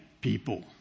people